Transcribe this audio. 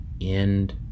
end